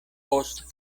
post